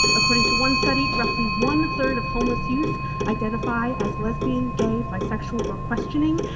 according to one study, roughly one third of homeless youth identify as lesbian, gay, bisexual or questioning,